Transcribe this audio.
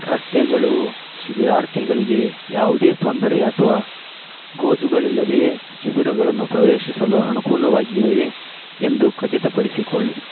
ರಸ್ತೆಗಳು ಶಿಬಿರಾರ್ಥಿಗಳಿಗೆ ಯಾವುದೇ ತೊಂದರೆ ಅಥವಾ ಗೋಜುಗಳಿಲ್ಲದೆಯೇ ಶಿಬಿರಗಳನ್ನು ಪ್ರವೇಶಿಸಲು ಅನುಕೂಲವಾಗಿವೆ ಎಂದು ಖಚಿತಪಡಿಸಿಕೊಳ್ಳಿ